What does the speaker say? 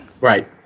right